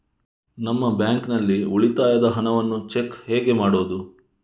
ನಮ್ಮ ಬ್ಯಾಂಕ್ ನಲ್ಲಿ ಉಳಿತಾಯದ ಹಣವನ್ನು ಚೆಕ್ ಹೇಗೆ ಮಾಡುವುದು?